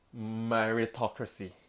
meritocracy